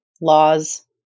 laws